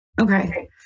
Okay